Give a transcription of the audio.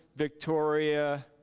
victoria.